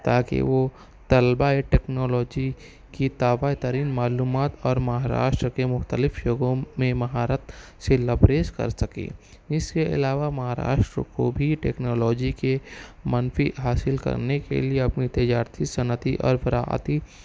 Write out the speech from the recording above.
تاکہ وہ طلباء ٹیکنالوجی کی طابع ترین معلومات اور مہاراشٹر کے مختلف شعبوں میں مہارت سے لبریز کر سکے اس کے علاوہ مہاراشٹر کو بھی ٹیکنالوجی کے منفی حاصل کرنے کے لیے اپنی تجارتی صنعتی اور فراعتی